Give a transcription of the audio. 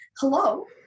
Hello